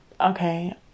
okay